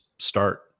start